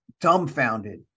dumbfounded